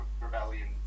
rebellion